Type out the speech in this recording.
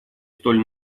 столь